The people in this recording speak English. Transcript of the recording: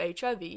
HIV